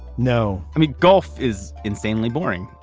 no. i mean, golf is insanely boring,